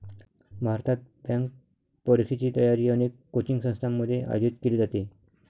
भारतात, बँक परीक्षेची तयारी अनेक कोचिंग संस्थांमध्ये आयोजित केली जाते